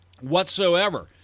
whatsoever